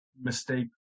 mistake